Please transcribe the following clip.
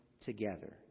together